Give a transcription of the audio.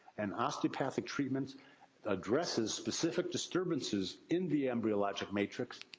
and, osteopathic treatment addresses specific disturbances in the embryologic matrix.